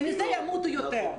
ומזה ימותו יותר.